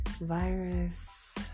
virus